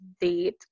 date